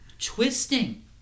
Twisting